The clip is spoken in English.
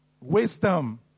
wisdom